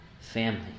family